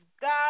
God